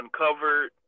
uncovered